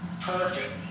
Perfect